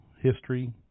history